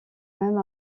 même